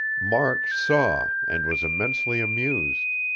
mark saw, and was immensely amused.